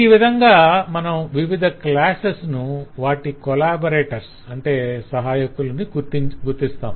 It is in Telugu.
ఈ విధంగా మనం వివిధ క్లాసెస్ ను వాటి కొలాబరేటర్స్ సహాయకులు collaborators ను గుర్తిస్తాం